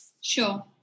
Sure